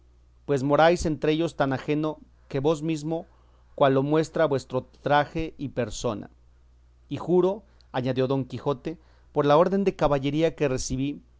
pues moráis entre ellos tan ajeno de vos mismo cual lo muestra vuestro traje y persona y juro añadió don quijote por la orden de caballería que recebí